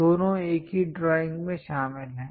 दोनों एक ही ड्राइंग में शामिल हैं